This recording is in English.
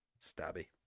stabby